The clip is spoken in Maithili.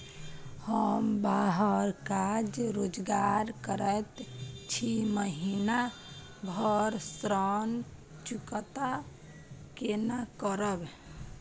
हम बाहर काज रोजगार करैत छी, महीना भर ऋण चुकता केना करब?